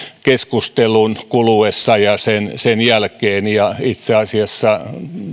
keskustelun kuluessa ja sen sen jälkeen ja itse asiassa